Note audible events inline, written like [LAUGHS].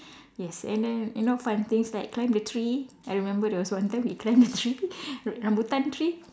yes and then you know fun things like climb the tree I remember there was one time we climb the tree [LAUGHS] r~ rambutan tree